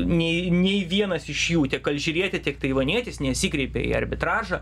nei nei vienas iš jų tiek alžyrietė tiek taivanietis nesikreipė į arbitražą